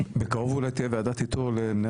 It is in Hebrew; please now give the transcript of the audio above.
בקרוב אולי תהיה וועדת איתור למנהל